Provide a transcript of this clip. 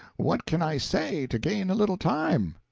what can i say, to gain a little time?